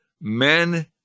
Men